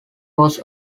was